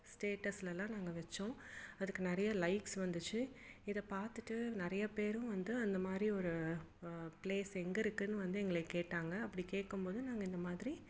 ஸ்டேட்டஸ்லலாம் நாங்கள் வச்சோம் அதுக்கு நிறைய லைக்ஸ் வந்துச்சு இதை பார்த்துட்டு நிறைய பேரும் வந்து அந்தமாதிரி ஒரு ப்ளேஸ் எங்கே இருக்குதுன்னு வந்து எங்களை கேட்டாங்க அப்படி கேட்கும்போது நாங்கள் இந்த மாதிரி